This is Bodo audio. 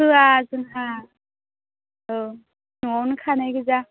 होआ जोंहा औ न'आवनो खानाय गोजा